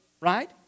right